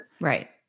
Right